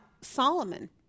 Solomon